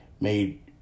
made